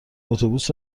اتوبوس